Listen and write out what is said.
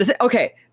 Okay